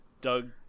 Doug